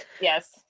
yes